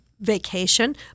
vacation